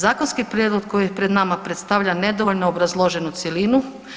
Zakonski prijedlog koji je pred nama predstavlja nedovoljno obrazloženu cjelinu.